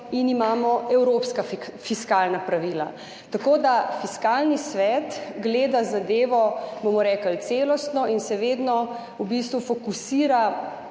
in imamo evropska fiskalna pravila. Fiskalni svet gleda zadevo celostno in se vedno v bistvu fokusira